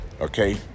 Okay